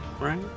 right